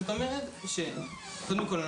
קודם כל,